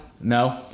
No